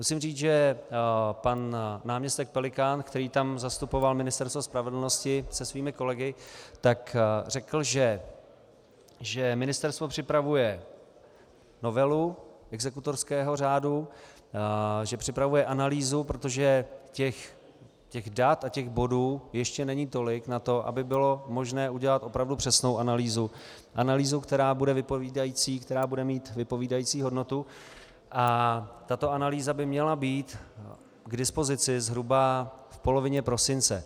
Musím říct, že pan náměstek Pelikán, který tam zastupoval Ministerstvo spravedlnosti se svými kolegy, řekl, že ministerstvo připravuje novelu exekutorského řádu, že připravuje analýzu, protože dat a bodů ještě není tolik na to, aby bylo možné udělat opravdu přesnou analýzu, která bude vypovídající, která bude mít vypovídající hodnotu, a tato analýza by měla být k dispozici zhruba v polovině prosince.